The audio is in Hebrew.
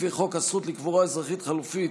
לפי חוק הזכות לקבורה אזרחית חלופית,